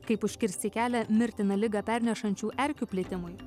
kaip užkirsti kelią mirtiną ligą pernešančių erkių plitimui